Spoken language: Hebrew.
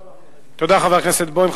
תודה, חבר הכנסת בוים.